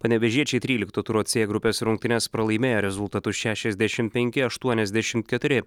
panevėžiečiai trylikto turo c grupės rungtynes pralaimėjo rezultatu šešiasdešim penki aštuoniasdešim keturi